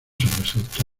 sobresaltó